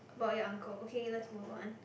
about your uncle okay let's move on